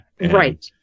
Right